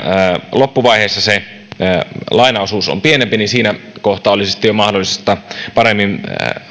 kun loppuvaiheessa lainaosuus on pienempi että siinä kohtaa olisi mahdollista paremmin